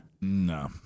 No